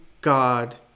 God